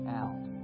out